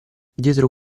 dietro